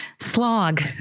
slog